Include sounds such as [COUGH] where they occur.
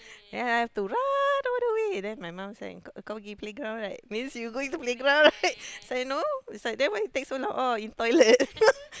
then I have to run all the way then my mum say kau kau pergi playground right means you going to playground right so I know it's like then why you take so long oh in toilet [LAUGHS]